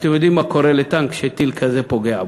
אתם יודעים מה קורה לטנק כשטיל כזה פוגע בו.